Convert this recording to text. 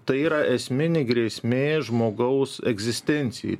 tai yra esminė grėsmė žmogaus egzistencijai